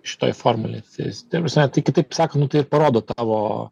šitoj formulėj tais ta prasme tai kitaip sakant nu tai ir parodo tavo